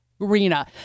Arena